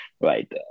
right